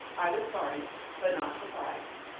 i was sorry but not surprised.